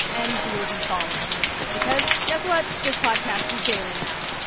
and we will be following it because guess what? this podcast is daily now.